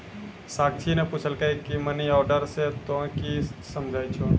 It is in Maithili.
साक्षी ने पुछलकै की मनी ऑर्डर से तोंए की समझै छौ